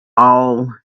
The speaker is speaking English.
all